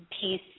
peace